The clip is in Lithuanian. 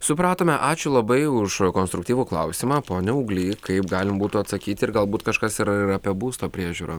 supratome ačiū labai už konstruktyvų klausimą pone auglį kaip galim būtų atsakyti ir galbūt kažkas yra ir apie būsto priežiūra